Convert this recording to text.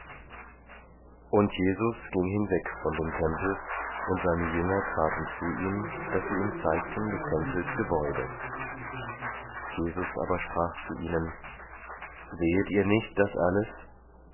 und jesus ging hinweg von dem tempel und seine jünger traten zu ihm daß sie ihm zeigten des tempels gebäude jesus aber sprach zu ihnen sehet ihr nicht das alles